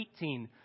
18